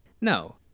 No